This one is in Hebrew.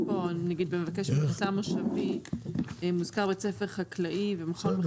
במבקש מכסה מושבי מוזכר בית ספר חקלאי ומכון מחקר חקלאית.